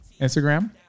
Instagram